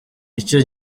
icyo